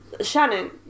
Shannon